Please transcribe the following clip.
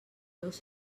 dos